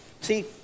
see